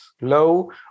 low